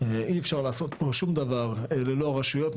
אי אפשר לעשות פה שום דבר ללא הרשויות,